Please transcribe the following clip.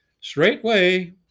straightway